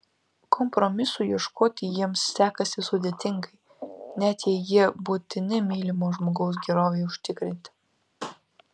kompromisų ieškoti jiems sekasi sudėtingai net jei jie būtini mylimo žmogaus gerovei užtikrinti